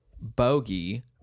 bogey